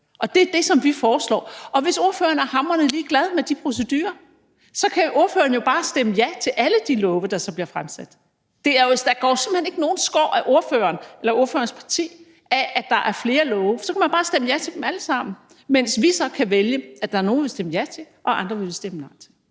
og det er det, som vi foreslår. Og hvis ordføreren er hamrende ligeglad med de procedurer, kan ordføreren jo bare stemme ja til alle de lovforslag, der så bliver fremsat. Der går jo simpelt hen ikke nogen skår af ordføreren eller ordførerens parti af, at der er flere lovforslag. Så kan man bare stemme ja til dem alle sammen, mens vi så kan vælge, at der er nogle, vi vil stemme ja til, og andre vi vil stemme nej til.